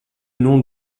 nom